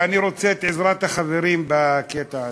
ואני רוצה את עזרת החברים בקטע הזה.